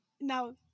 now